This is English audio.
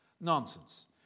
Nonsense